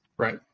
Right